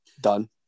done